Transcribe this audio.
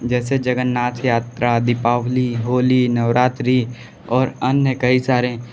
जैसे जगन्नाथ यात्रा दीपावली होली नवरात्रि और अन्य कई सारे